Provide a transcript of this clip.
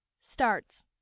starts